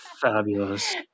Fabulous